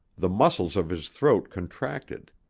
the muscles of his throat contracted.